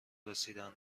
رسیدند